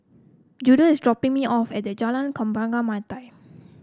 Judah is dropping me off at the Jalan Kembang Melati